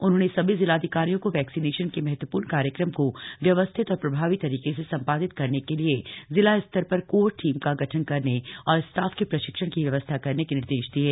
उन्होंने सभी जिलाधिकारियों को वैक्सीनेशन के महत्वपूर्ण कार्यक्रम को व्यवस्थित और प्रभावी तरीके से संपादित करने के लिए जिला स्तर पर कोर टीम का गठन करने और स्टाफ के प्रशिक्षण की व्यवस्था करने के निर्देश दिये